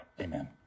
Amen